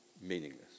meaningless